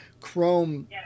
chrome